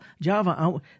java